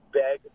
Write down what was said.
beg